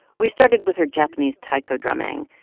we started with her japanese taiko drumming.